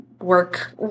work